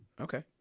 Okay